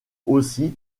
aussi